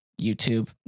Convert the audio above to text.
YouTube